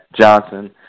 Johnson